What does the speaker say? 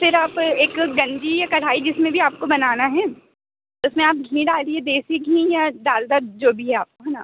फिर आप एक गंजी या कड़ाही जिसमें भी आपको बनाना है उसमें आप घी डालिए देशी घी या डालडा जो भी है आपको है ना